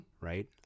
right